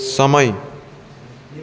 समय